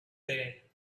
there